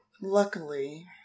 luckily